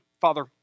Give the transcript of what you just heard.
Father